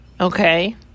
okay